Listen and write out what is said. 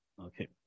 Okay